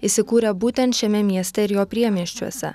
įsikūrė būtent šiame mieste ir jo priemiesčiuose